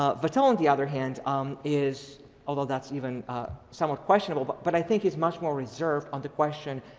ah vattel on the other hand um is although that's even somewhat questionable, but but i think he's much more reserved on the question,